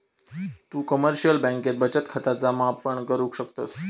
तु कमर्शिअल बँकेत बचत खाता जमा पण करु शकतस